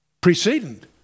precedent